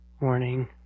morning